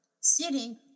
sitting